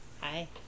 Hi